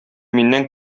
миннән